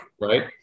right